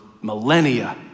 millennia